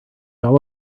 all